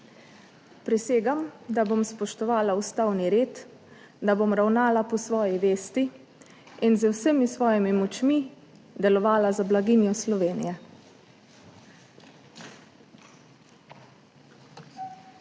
Prisegam, da bom spoštovala ustavni red, da bom ravnala po svoji vesti in z vsemi svojimi močmi delovala za blaginjo Slovenije.